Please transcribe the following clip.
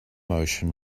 motion